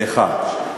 זה דבר אחד,